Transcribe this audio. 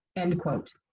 end quote.